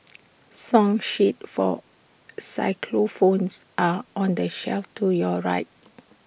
song sheets for xylophones are on the shelf to your right